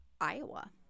iowa